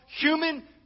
human